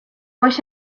wish